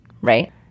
right